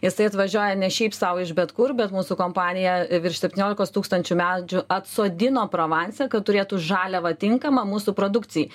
jisai atvažiuoja ne šiaip sau iš bet kur bet mūsų kompanija virš septyniolikos tūkstančių medžių atsodino provanse kad turėtų žaliavą tinkamą mūsų produkcijai